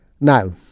Now